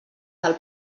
del